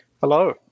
Hello